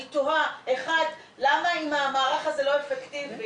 אני תוהה למה אם המערך הזה לא אפקטיבי,